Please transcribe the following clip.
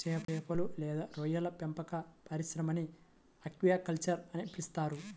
చేపలు లేదా రొయ్యల పెంపక పరిశ్రమని ఆక్వాకల్చర్ అని పిలుస్తారు